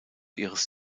ihres